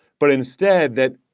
but instead that,